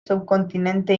subcontinente